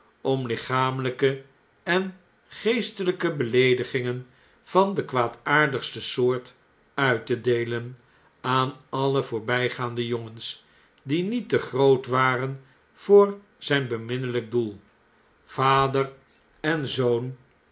om lichamelh'ke en geestelijke beleedigingen van de kwaadaardigste soortuitte deeleh aan alle voorbaande jongens die niet te groot waren voor zfln beminneljjk doel vader en zoon